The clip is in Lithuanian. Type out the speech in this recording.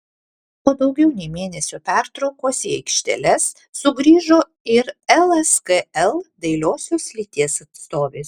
po daugiau nei mėnesio pertraukos į aikšteles sugrįžo ir lskl dailiosios lyties atstovės